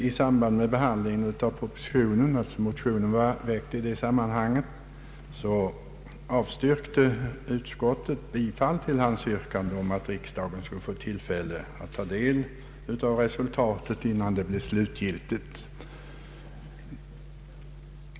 I samband med behandlingen av propositionen och de i anslutning till den väckta motionerna avstyrkte emellertid utskottet bifall till hans yrkande att riksdagen skulle få tillfälle att ta del av resultatet innan det blev slutgiltigt.